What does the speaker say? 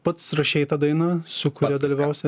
pats rašei tą dainą su kuria dalyvausi